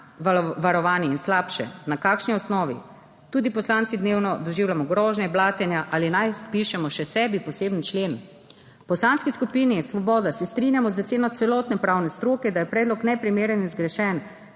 varovani in slabše? Na kakšni osnovi? Tudi poslanci dnevno doživljamo grožnje, blatenja. Ali naj napišemo še sebi poseben člen? V Poslanski skupini Svoboda se strinjamo z oceno celotne pravne stroke, da je predlog neprimeren in zgrešen.